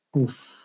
Oof